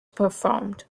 performed